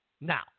Now